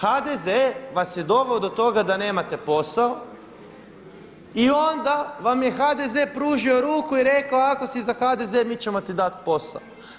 HDZ vas je doveo do toga da nemate posao i onda vam je HDZ pružio ruku i rekao ako si za HDZ mi ćemo ti dati posao.